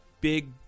big